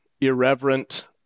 irreverent